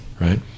Right